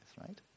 right